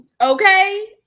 okay